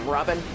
Robin